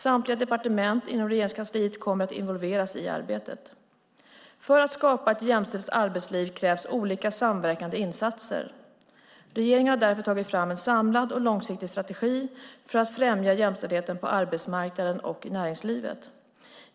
Samtliga departement inom Regeringskansliet kommer att involveras i arbetet. För att skapa ett jämställt arbetsliv krävs olika samverkande insatser. Regeringen har därför tagit fram en samlad och långsiktig strategi för att främja jämställdheten på arbetsmarknaden och i näringslivet.